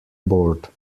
board